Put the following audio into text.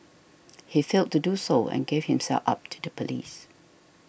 he failed to do so and gave himself up to the police